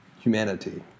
humanity